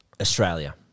Australia